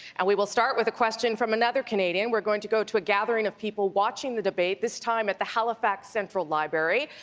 and we will start with a question from another canadian. we're going to go to a gathering of people watching the debate. this time at the halifax central library.